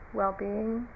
well-being